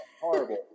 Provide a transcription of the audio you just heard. horrible